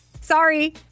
Sorry